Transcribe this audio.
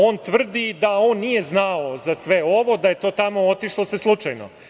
On tvrdi da on nije znao za sve ovo, da je to tamo otišlo se slučajno.